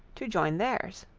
to join their's.